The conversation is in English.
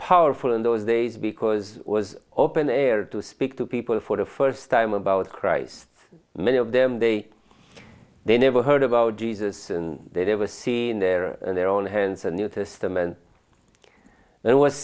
powerful in those days because it was open air to speak to people for the first time about christ many of them they they never heard about jesus and they never seen their and their own hands a new testament there was